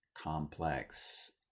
Complex